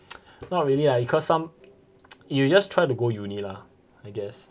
not really lah because some you just try to go uni lah I guess